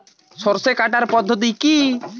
সরষে কাটার পদ্ধতি কি?